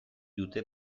dute